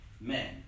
men